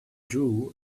drew